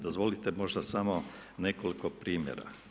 Dozvolite možda samo nekoliko primjera.